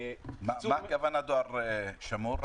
מה הכוונה דואר שמור?